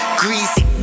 greasy